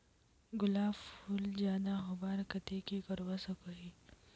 गुलाब फूल ज्यादा होबार केते की करवा सकोहो ही?